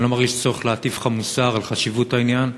אני לא מרגיש צורך להטיף לך מוסר על חשיבות העניין,